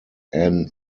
anne